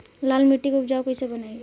लाल मिट्टी के उपजाऊ कैसे बनाई?